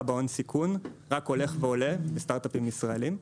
בהון-סיכון רק הולך עולה בסטארט-אפים ישראלים,